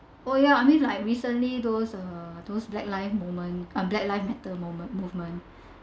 oh ya I mean like recently those uh those black life moment uh black lives matter moment movement